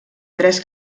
tres